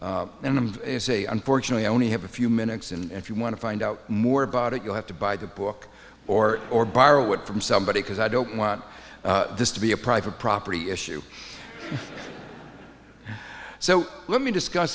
it and say unfortunately i only have a few minutes and if you want to find out more about it you'll have to buy the book or or borrow it from somebody because i don't want this to be a private property issue so let me discuss